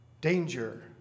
Danger